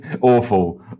awful